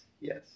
Yes